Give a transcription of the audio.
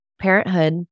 parenthood